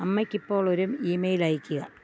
അമ്മയ്ക്ക്ക്കിപ്പോൾ ഒരു ഇമെയിൽ അയയ്ക്കുക